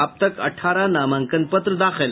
अब तक अठारह नामांकन पत्र दाखिल